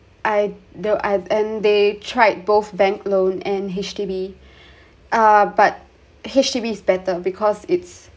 I the I and they tried both bank loan and H_D_B ah but H_D_B is better because it's